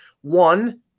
One